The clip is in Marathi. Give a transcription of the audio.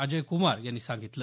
अजय कुमार यांनी सांगितलं